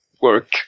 work